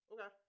Okay